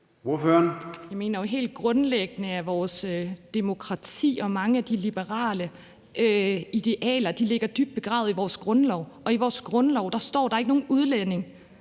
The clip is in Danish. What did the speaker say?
Jeg mener jo helt grundlæggende, at vores demokrati og mange af de liberale idealer ligger dybt begravet i vores grundlov, og i vores grundlov står, at der ikke er nogen udlænding,